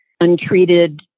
untreated